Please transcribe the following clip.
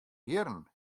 jierren